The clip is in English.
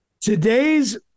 today's